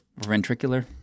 ventricular